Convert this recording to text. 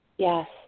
Yes